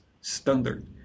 standard